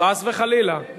חס וחלילה,